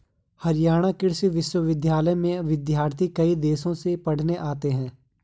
हरियाणा कृषि विश्वविद्यालय में विद्यार्थी कई देशों से पढ़ने आते हैं